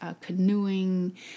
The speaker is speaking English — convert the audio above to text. canoeing